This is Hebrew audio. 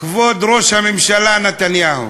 כבוד ראש הממשלה נתניהו,